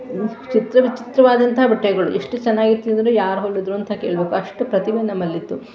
ಚಿತ್ರ ವಿಚಿತ್ರವಾದಂಥ ಬಟ್ಟೆಗಳು ಎಷ್ಟು ಚೆನ್ನಾಗಿರ್ತಿತ್ತು ಅಂದರೆ ಯಾರು ಹೊಲಿದಿದ್ದು ಅಂತ ಕೇಳಬೇಕು ಅಷ್ಟು ಪ್ರತಿಭೆ ನಮ್ಮಲ್ಲಿತ್ತು